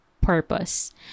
purpose